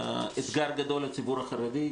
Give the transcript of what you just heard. וגם אתגר גדול לציבור החרדי.